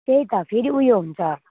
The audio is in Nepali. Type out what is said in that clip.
त्यही त फेरि उयो हुन्छ